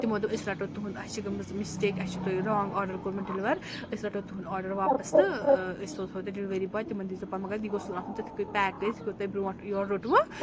تِمو دوٚپ أسۍ رَٹو تُہُنٛد اَسہِ چھِ گٔمٕژ مِسٹیک اَسہِ چھِ تۄہہِ رانٛگ آرڈر کوٚرمُت ڈِلوَر أسۍ رَٹو تُہُنٛد آرڈَر واپَس تہٕ أسۍ سوزہو تۄہہِ ڈِلؤری باے تِمَن دیٖزیو مگر یہِ گوٚژھ نہٕ آسُن تِتھ کَنۍ پیک کٔرِتھ یِتھ پٲٹھۍ تۄہہِ برٛونٛٹھ یورٕ روٚٹوٕ